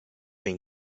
been